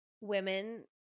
women